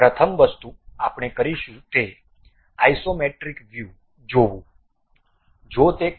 તેથી પ્રથમ વસ્તુ આપણે કરીશું તે આઇસોમેટ્રિક વ્યૂ જોવું